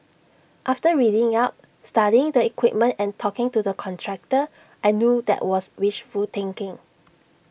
after reading up studying the equipment and talking to the contractor I knew that was wishful thinking